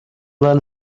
learn